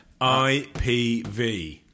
IPV